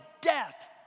death